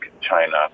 China